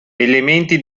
elementi